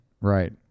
Right